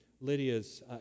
Lydia's